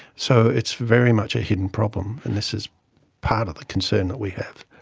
so it's very much a hidden problem and this is part of the concern that we have.